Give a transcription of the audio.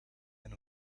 and